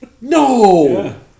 No